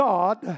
God